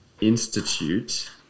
Institute